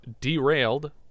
derailed